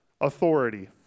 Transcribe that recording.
authority